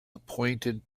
appointed